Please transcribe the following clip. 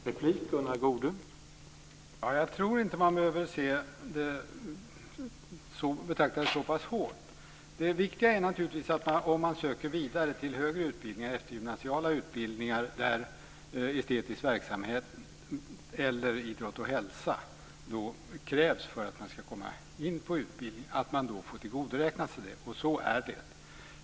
Herr talman! Jag tror inte att man behöver betrakta det så hårt. Det viktiga är naturligtvis att man får tillgodoräkna sig betyg i estetiska ämnen om man söker vidare till högre eftergymnasiala utbildningar där estetisk verksamhet eller idrott och hälsa krävs för att man ska kunna komma in på utbildningen. Och så är det.